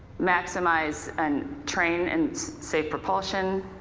maximize and train and safe propulsion,